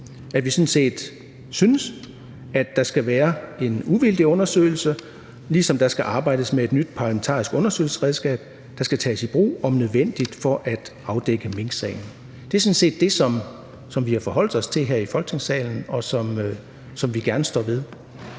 at vi sådan set synes, at der skal være en uvildig undersøgelse, ligesom der skal arbejdes med et nyt parlamentarisk undersøgelsesredskab, der om nødvendigt skal tages i brug for at afdække minksagen. Det er sådan set det, som vi har forholdt os til her i Folketingssalen, og som vi gerne står ved.